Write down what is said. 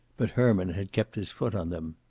but herman had kept his foot on them.